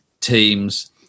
teams